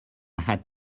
had